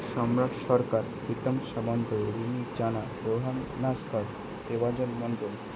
Samrat Sarkar Pritam Samanta Rumi Jana Rohan Naskar Dipanjan Mondal